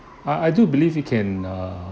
I I do believe you can err